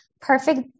perfect